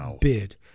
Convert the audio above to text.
bid